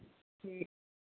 ठीक